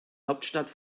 hauptstadt